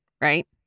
right